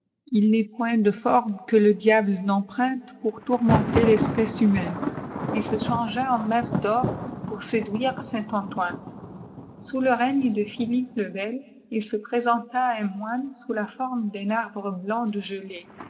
il n'est point de forme que le diable n'emprunte pour tourmptiter l'espèce humaine il se changea en masse d'or pour séduire saint antoine sous le règne de phîlîppe le bel il se pré sentàà un moine sous la forme d'un arbre blanc de gelée